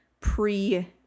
pre